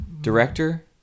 Director